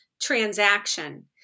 transaction